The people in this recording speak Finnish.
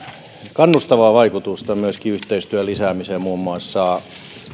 kannustavaa vaikutusta myöskin yhteistyön lisäämiseen muun muassa